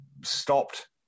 stopped